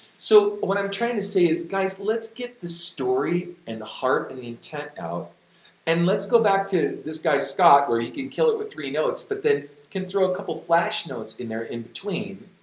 so, what i'm trying to say is guys, let's get the story and the heart and the intent out and let's go back to this guy scott, where you can kill it with three notes but then can throw a couple flash notes in there in between,